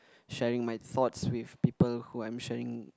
sharing my thoughts with people who I'm sharing